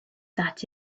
that